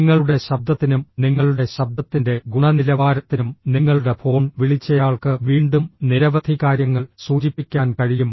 നിങ്ങളുടെ ശബ്ദത്തിനും നിങ്ങളുടെ ശബ്ദത്തിൻറെ ഗുണനിലവാരത്തിനും നിങ്ങളുടെ ഫോൺ വിളിച്ചയാൾക്ക് വീണ്ടും നിരവധി കാര്യങ്ങൾ സൂചിപ്പിക്കാൻ കഴിയും